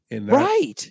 Right